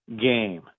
game